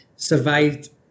survived